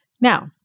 Now